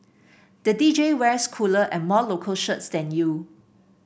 the D J wears cooler and more local shirts than you